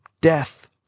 death